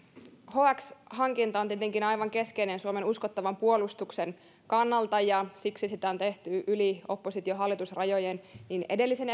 hx hankinta on tietenkin aivan keskeinen suomen uskottavan puolustuksen kannalta ja siksi sitä on tehty yli oppositio hallitus rajojen niin edellisen